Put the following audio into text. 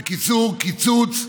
בקיצור, קיצוץ,